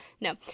No